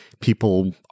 people